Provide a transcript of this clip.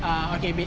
ah okay babe